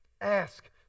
Ask